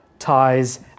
ties